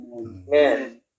Amen